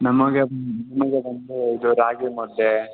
ನಮಗೆ ಅಂದರೆ ಇದು ರಾಗಿ ಮುದ್ದೆ